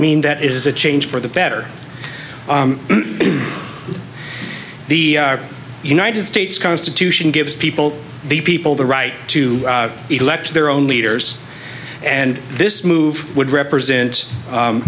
mean that it is a change for the better the united states constitution gives people the people the right to elect their own leaders and this move would represent